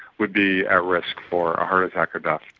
would be at risk for a heart attack or death.